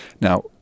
Now